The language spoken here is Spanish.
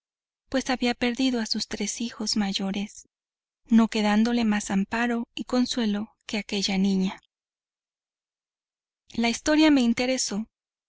pues había perdido a sus tres hijos mayores no quedándole más amparo y consuelo que aquella niña la historia me interesó